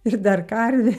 ir dar karvė